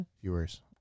viewers